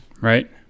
Right